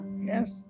Yes